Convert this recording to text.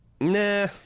Nah